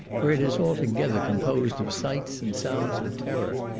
for it is altogether composed of sights and sounds of terror.